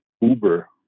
Uber